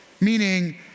meaning